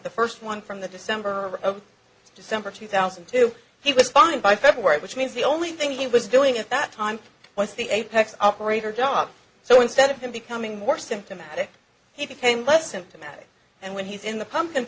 the first one from the december of december two thousand and two he was fine by february which means the only thing he was doing at that time was the apex operator job so instead of him becoming more symptomatic he became less symptomatic and when he's in the pump